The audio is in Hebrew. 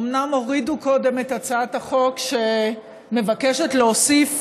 אומנם הורידו קודם את הצעת החוק שמבקשת להוסיף